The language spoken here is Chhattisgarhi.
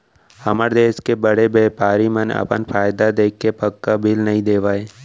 हमर देस के बड़े बैपारी मन अपन फायदा देखके पक्का बिल नइ देवय